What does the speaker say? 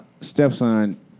stepson